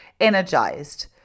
energized